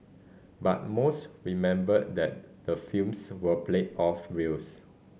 but most remember that the films were played off reels